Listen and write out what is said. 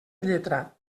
lletra